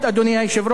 הוא מה שחשוב.